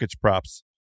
props